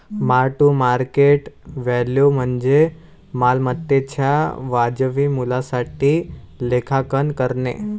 mark to market value म्हणजे मालमत्तेच्या वाजवी मूल्यासाठी लेखांकन करणे